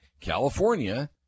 California